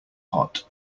hot